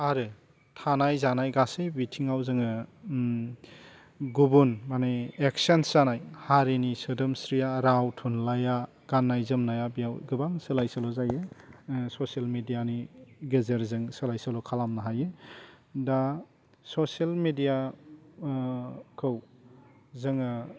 आरो थानाय जानाय गासै बिथिङाव जोङो गुबुन माने एक्सचेन्ज जानाय हारिनि सोदोमस्रिआ राव थुनलाइआ गान्नाय जोमनाया बेयाव गोबां सोलाय सोल' जायो ससियेल मेडियानि गेजेरजों सोलाय सोल' खालामनो हायो दा ससियेल मेडिया खौ जोङो